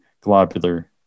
globular